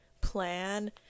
plan